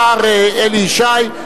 השר אלי ישי,